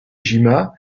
jima